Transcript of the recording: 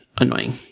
annoying